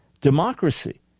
democracy